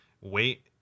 wait